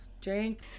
drink